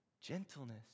gentleness